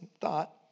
thought